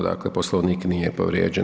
Dakle, Poslovnik nije povrijeđen.